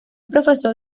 profesor